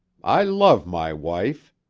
i love my wife